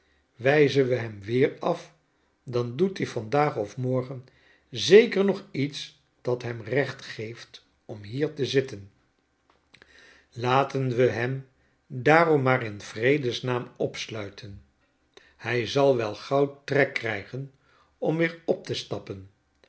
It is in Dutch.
wijzen we hem weer af dat doet i vandaag of morgen zeker nog iets dat hem recht geeft om hier te zitten laten we hem daarommaar in vredesnaam opsluiten hij zal wel gauw trek krijgen om weer op te stappen